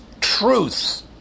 truth